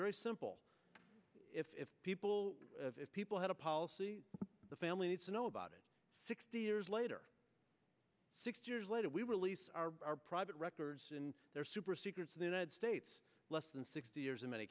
very simple if people if people had a policy the family needs to know about it sixty years later six years later we release our private records in their super secret the united states less than sixty years in many